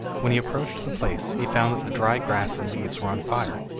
when he approached the place he found that the dry grass and leaves were on fire,